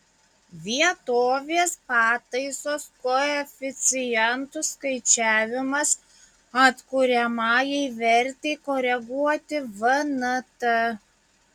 vietovės pataisos koeficientų skaičiavimas atkuriamajai vertei koreguoti vnt